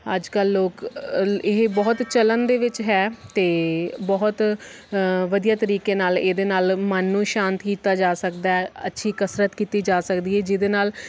ਅੱਜ ਕੱਲ੍ਹ ਲੋਕ ਇਹ ਬਹੁਤ ਚਲਣ ਦੇ ਵਿੱਚ ਹੈ ਅਤੇ ਬਹੁਤ ਵਧੀਆ ਤਰੀਕੇ ਨਾਲ ਇਹਦੇ ਨਾਲ ਮਨ ਨੂੰ ਸ਼ਾਂਤ ਕੀਤਾ ਜਾ ਸਕਦਾ ਅੱਛੀ ਕਸਰਤ ਕੀਤੀ ਜਾ ਸਕਦੀ ਹੈ ਜਿਹਦੇ ਨਾਲ